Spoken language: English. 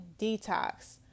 detox